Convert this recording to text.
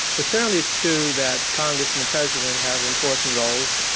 but certainly it's true that congress and the president have important roles,